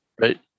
right